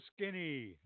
Skinny